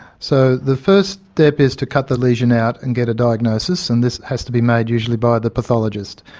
so the first step is to cut the lesion out and get a diagnosis, and this has to be made usually by the pathologist.